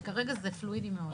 וכרגע זה פלואידי מאוד.